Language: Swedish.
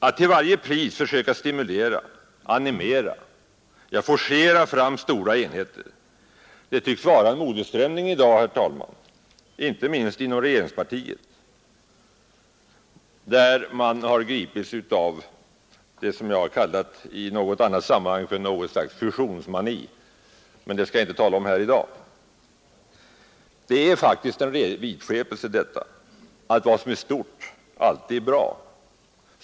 Att till varje pris försöka stimulera och animera, ja, forcera fram stora enheter, tycks vara en modeströmning i dag, herr talman, inte minst inom regeringspartiet, där man tycks ha gripits av vad jag i annat sammanhang har kallat något slags fusionsmani; det skall jag dock inte tala om här i dag. Det är faktiskt en vidskepelse att tro att vad som är stort alltid skulle vara bra.